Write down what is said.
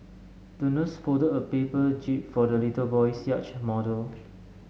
the nurse folded a paper jib for the little boy's yacht model